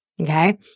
Okay